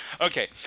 Okay